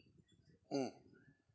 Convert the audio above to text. mm